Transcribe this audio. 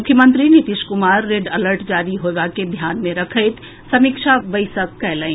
मुख्यमंत्री Nitish Kumar red alert जारी होएबा के ध्यान में रखैत समीक्षा बैसक कयलनि